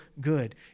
good